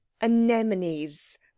Anemones